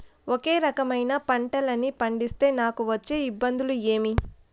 ఒకే రకమైన పంటలని పండిస్తే నాకు వచ్చే ఇబ్బందులు ఏమి?